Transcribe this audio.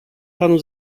panu